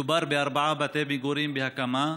מדובר בארבעה בתי מגורים בהקמה,